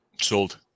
Sold